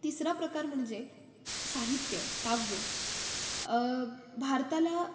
तिसरा प्रकार म्हणजे साहित्य काव्य भारताला